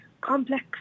complex